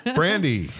brandy